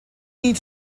need